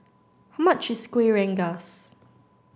how much is Kuih Rengas